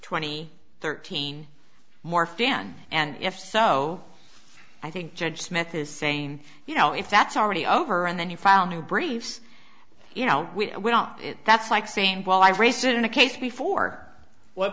twenty third teen more fan and if so i think judge smith is saying you know if that's already over and then you file new briefs you know we don't it that's like saying well i race in a case before w